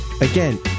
Again